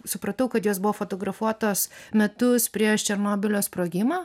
supratau kad jos buvo fotografuotos metus prieš černobylio sprogimą